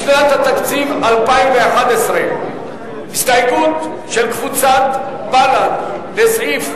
לשנת התקציב 2011. הסתייגות של חברי הכנסת ג'מאל זחאלקה וחנין זועבי,